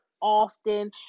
often